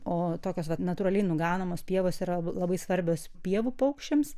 o tokios vat natūraliai nuganomos pievos yra labai svarbios pievų paukščiams